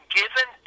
given